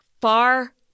far